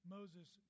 Moses